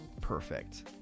Perfect